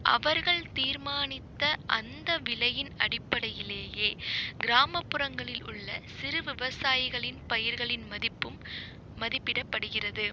அவர்கள் தீர்மானித்த அந்த விலையின் அடிப்படையிலேயே கிராமப்புறங்களில் உள்ள சிறு விவசாயிகளின் பயிர்களின் மதிப்பும் மதிப்பிடப்படுகிறது